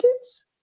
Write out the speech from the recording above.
kids